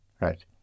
Right